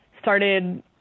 started